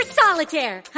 solitaire